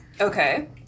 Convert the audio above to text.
Okay